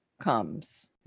comes